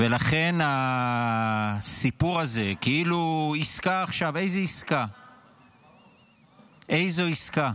לכן הסיפור הזה, כאילו עסקה עכשיו, איזו עסקה?